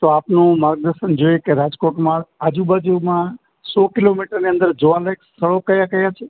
તો આપનું માર્ગદર્શન જોઈએ કે રાજકોટમાં આજુબાજુમાં સો કિલોમીટરની અંદર જોવાલાયક સ્થળો કયા કયા છે